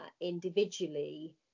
individually